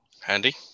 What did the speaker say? Handy